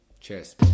Cheers